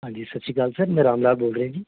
ਹਾਂਜੀ ਸਤਿ ਸ਼੍ਰੀ ਅਕਾਲ ਸਰ ਮੈਂ ਰਾਮ ਲਾਲ ਬੋਲ ਰਿਹਾ ਜੀ